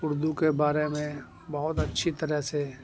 اردو کے بارے میں بہت اچھی طرح سے